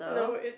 no it's